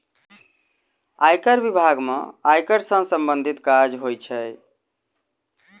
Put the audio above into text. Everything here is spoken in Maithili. आयकर बिभाग में आयकर सॅ सम्बंधित काज होइत छै